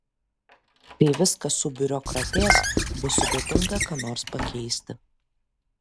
kai viskas subiurokratės bus sudėtinga ką nors pakeisti